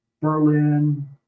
Berlin